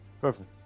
Perfect